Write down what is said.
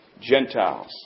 Gentiles